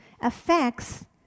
affects